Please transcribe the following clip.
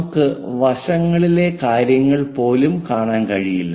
നമുക്ക് വശങ്ങളിലെ കാര്യങ്ങൾ പോലും കാണാൻ കഴിയില്ല